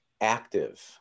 active